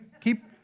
Keep